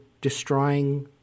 destroying